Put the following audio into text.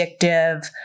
addictive